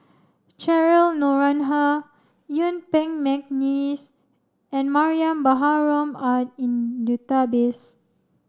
Cheryl Noronha Yuen Peng McNeice and Mariam Baharom are in database